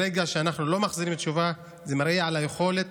ברגע שאנחנו לא מחזירים תשובה, זה מראה על יכולת